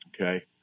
Okay